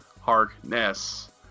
Harkness